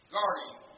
Guarding